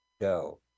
go